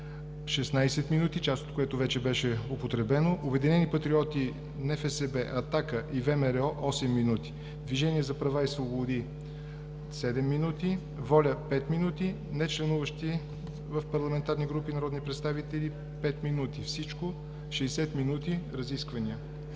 16 минути, част от които вече беше употребено, „Обединени патриоти – НФСБ, „Атака“ и ВМРО“ – 8 минути, „Движение за права и свободи“ – 7 минути, „Воля“ – 5 минути, нечленуващи в парламентарни групи народни представители – 5 минути. Всичко 60 минути разисквания.